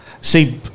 See